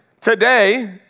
Today